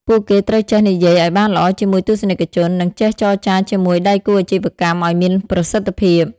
ពួកគេត្រូវចេះនិយាយឱ្យបានល្អជាមួយទស្សនិកជន និងចេះចរចាជាមួយដៃគូអាជីវកម្មឱ្យមានប្រសិទ្ធភាព។